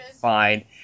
fine